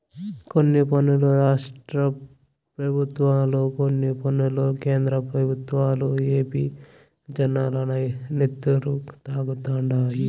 కొన్ని పన్నులు రాష్ట్ర పెబుత్వాలు, కొన్ని పన్నులు కేంద్ర పెబుత్వాలు ఏపీ జనాల నెత్తురు తాగుతండాయి